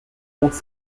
compte